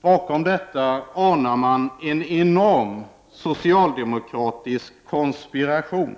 Bakom detta anar man en enorm socialdemokratisk konspiration.